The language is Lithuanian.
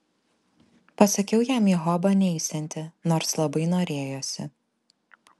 pasakiau jam į hobą neisianti nors labai norėjosi